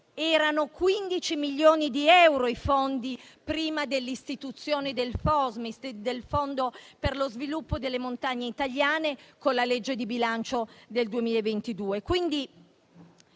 a 15 milioni di euro i fondi prima dell'istituzione del Fosmit, il fondo per lo sviluppo delle montagne italiane, con la legge di bilancio del 2022.